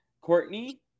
Courtney